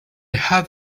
had